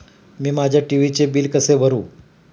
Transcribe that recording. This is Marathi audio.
मी माझ्या टी.व्ही चे बिल कसे भरू?